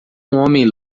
homem